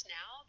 now